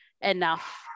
enough